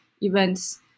events